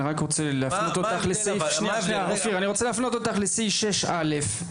אני רוצה להפנות אותך לסעיף 6(א),